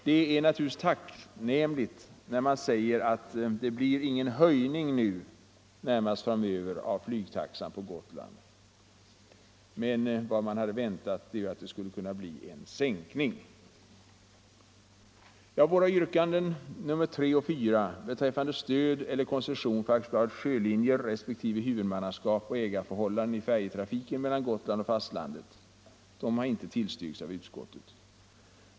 Det är naturligtvis tacknämligt att det inte blir någon höjning av flygtaxan beträffande Gotland under den närmaste tiden, men många hade önskat en sänkning. Våra yrkanden nr 3 och 4 om stöd eller koncession för AB Sjölinjer samt om huvudmannaskap och ägarförhållanden i färjetrafiken mellan Gotland och fastlandet har ej tillstyrkts av utskottet.